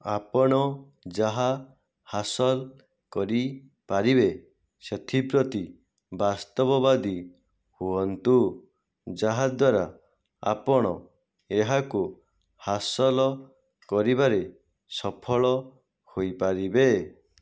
ଆପଣ ଯାହା ହାସଲ କରିପାରିବେ ସେଥିପ୍ରତି ବାସ୍ତବବାଦୀ ହୁଅନ୍ତୁ ଯାହାଦ୍ଵାରା ଆପଣ ଏହାକୁ ହାସଲ କରିବାରେ ସଫଳ ହୋଇପାରିବେ